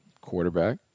Quarterback